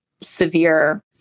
severe